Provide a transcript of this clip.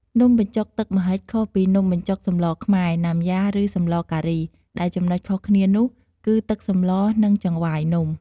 នំបញ្ចុកទឹកម្ហិច ខុសពីនំបញ្ចុកសម្លខ្មែរ ណាំយ៉ា ឬ សម្លការី ដែលចំណុចខុសគ្នានោះ គឺ ទឹកសម្ល និង ចង្វាយនំ ។